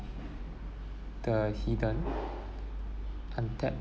the hidden untapped